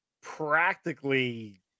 practically